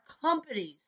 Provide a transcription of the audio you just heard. companies